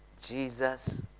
Jesus